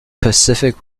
pacific